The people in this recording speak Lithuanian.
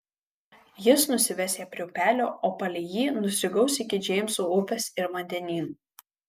jis nusives ją prie upelio o palei jį nusigaus iki džeimso upės ir vandenyno